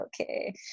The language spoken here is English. okay